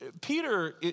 Peter